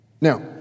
Now